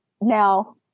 now